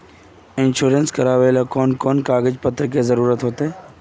Insurance करावेल कोन कोन कागज पत्र की जरूरत होते?